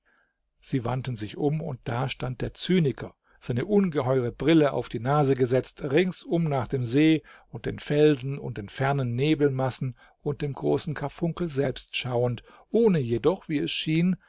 sie wandten sich um und da stand der zyniker seine ungeheure brille auf die nase gesetzt ringsum nach dem see und den felsen und den fernen nebelmassen und dem großen karfunkel selbst schauend ohne jedoch wie es schien